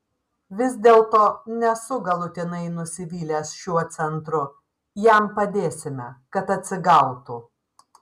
vis dėlto nesu galutinai nusivylęs šiuo centru jam padėsime kad atsigautų